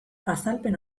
azalpen